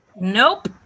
nope